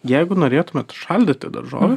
jeigu norėtumėt užšaldyti daržoves